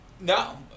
No